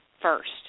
first